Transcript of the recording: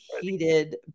heated